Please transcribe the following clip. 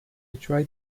tried